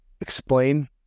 explain